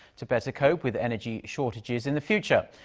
to better cope with energy shortages in the future.